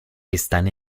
están